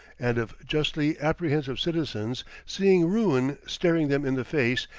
and of justly apprehensive citizens, seeing ruin staring them in the face,